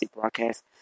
broadcast